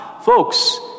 folks